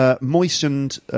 moistened